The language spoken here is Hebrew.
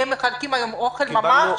כי הם מחלקים היום אוכל ממש.